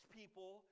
people